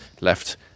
left